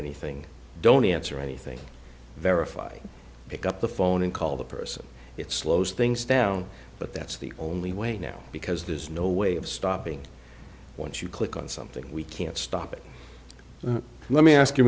anything don't answer anything verify pick up the phone and call the person it slows things down but that's the only way now because there's no way of stopping once you click on something we can't stop it let me ask you